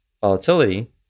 volatility